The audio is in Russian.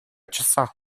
часа